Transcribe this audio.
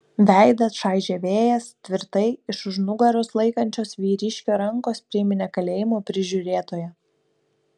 veidą čaižė vėjas tvirtai iš už nugaros laikančios vyriškio rankos priminė kalėjimo prižiūrėtoją